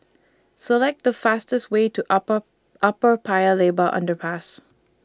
Select The fastest Way to Upper Upper Paya Lebar Underpass